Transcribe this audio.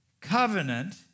covenant